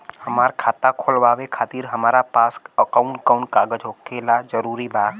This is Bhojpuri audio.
हमार खाता खोलवावे खातिर हमरा पास कऊन कऊन कागज होखल जरूरी बा?